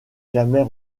jamais